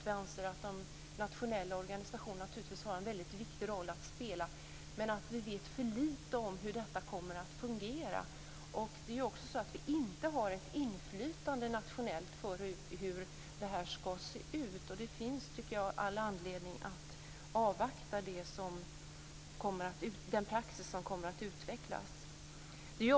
Vi anser att de nationella organisationerna har en viktig roll att spela. Vi vet för litet om hur detta kommer att fungera. Vi har inte ett nationellt inflytande för hur detta skall se ut. Det finns all anledning att avvakta den praxis som kommer att utvecklas.